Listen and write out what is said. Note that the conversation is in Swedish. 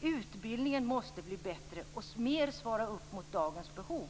Utbildningen måste bli bättre och mer svara upp mot dagens behov.